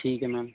ਠੀਕ ਹੈ ਮੈਮ